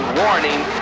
warning